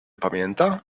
pamięta